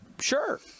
Sure